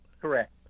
Correct